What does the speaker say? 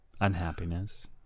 Unhappiness